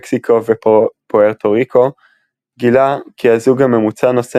מקסיקו ופוארטו ריקו גילה כי הזוג הממוצע נושא